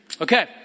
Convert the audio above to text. Okay